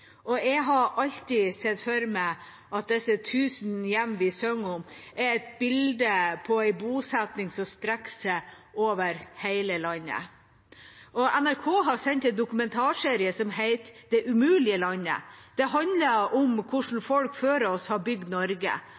og jeg har alltid sett for meg at disse tusen hjem vi synger om, er et bilde på en bosetning som strekker seg over hele landet. NRK har sendt en dokumentarserie som heter «Det umulige landet». Den handler om hvordan folk før oss har bygd Norge.